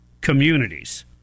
communities